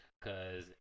Cause